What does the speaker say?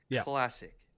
Classic